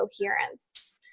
coherence